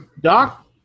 Doc